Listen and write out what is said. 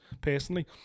personally